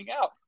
out